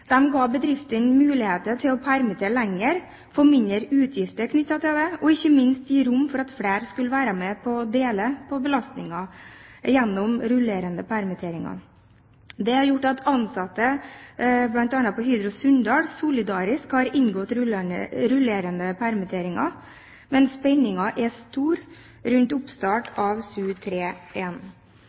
ga bedriftene mulighet til å permittere lenger – få mindre utgifter knyttet til det – og ikke minst gi rom for at flere skulle være med og dele på belastningen gjennom rullerende permitteringer. Det har gjort at ansatte, bl.a. på Hydro Sunndal, solidarisk har gått inn for rullerende permitteringer. Spenningen er stor rundt oppstart av Su